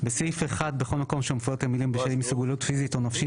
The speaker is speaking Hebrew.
בסעיף 1 בכל מקום שמופיעות המילים 'מסוגלות פיזית או נפשית',